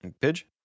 Pidge